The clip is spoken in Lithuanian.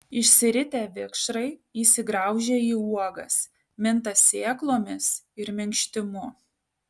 išsiritę vikšrai įsigraužia į uogas minta sėklomis ir minkštimu